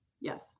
Yes